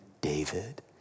David